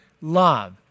love